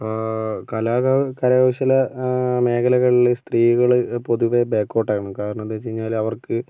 ഇപ്പോൾ കല കരകൗശല മേഖലകളിൽ സ്ത്രീകള് പൊതുവെ ബാക്കിലോട്ടാണ് കാരണം എന്ന് വെച്ചുകഴിഞ്ഞാൽ അവർക്ക്